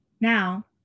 Now